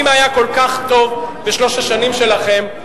אם היה כל כך טוב בשלוש השנים שלכם,